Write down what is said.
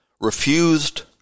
refused